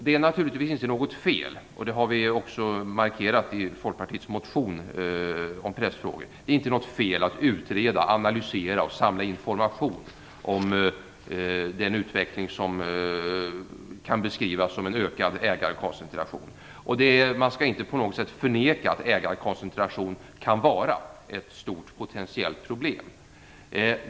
Det är naturligtvis inte något fel - och det har vi också markerat i Folkpartiets motion om pressfrågor - att utreda, analysera och samla information om den utveckling som kan beskrivas som en ökad ägarkoncentration. Man skall inte på något sätt förneka att ägarkoncentration kan vara ett stort potentiellt problem.